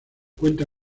cuenta